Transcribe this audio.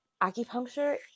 acupuncture